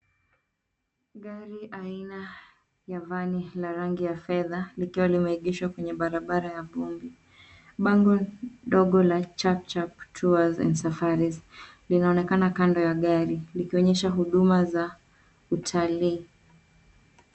Gari aina ya vani la rangi ya fedha likiwa limeegeshwa kwenye barabara ya vumbi. Bango dogo la chapchap tours and safaris linaonekana kando ya gari likionyesha huduma za utalii.